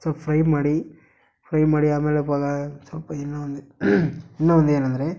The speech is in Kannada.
ಸ್ವಲ್ಪ ಫ್ರೈ ಮಾಡಿ ಫ್ರೈ ಮಾಡಿ ಆಮೇಲೆ ಸ್ವಲ್ಪ ಏನೋ ಒಂದು ಇನ್ನೂ ಒಂದು ಏನಂದರೆ